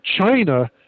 China